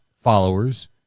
followers